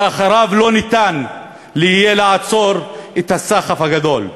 שאחריו לא ניתן יהיה לעצור את הסחף הגדול.